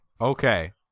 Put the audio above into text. Okay